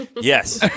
Yes